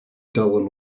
dull